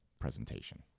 presentation